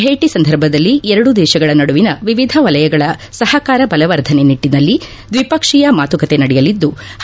ಭೇಟಿ ಸಂದರ್ಭದಲ್ಲಿ ಎರಡೂ ದೇತಗಳ ನಡುವಿನ ವಿವಿಧ ವಲಯಗಳ ಸಹಕಾರ ಬಲವರ್ಧನೆ ನಿಟ್ಲನಲ್ಲಿ ದ್ವಿಪಕ್ಷೀಯ ಮಾತುಕತೆ ನಡೆಯಲಿದ್ಲು